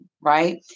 right